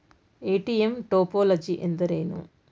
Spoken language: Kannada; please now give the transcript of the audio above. ಎ.ಟಿ.ಎಂ ಟೋಪೋಲಜಿ ಎಂದರೇನು?